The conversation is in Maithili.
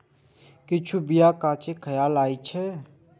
किछु बीया कांचे खाएल जाइ छै